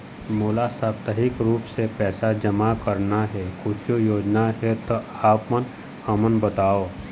मोला साप्ताहिक रूप से पैसा जमा करना हे, कुछू योजना हे त आप हमन बताव?